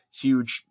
huge